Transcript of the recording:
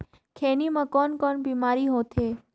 खैनी म कौन कौन बीमारी होथे?